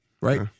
right